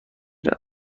روم